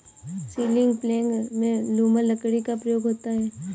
ceiling प्लेग में लूमर लकड़ी का प्रयोग होता है